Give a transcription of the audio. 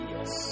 Yes